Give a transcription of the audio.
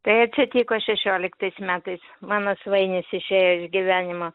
tai atsitiko šešioliktas metais mano svainis išėjo iš gyvenimo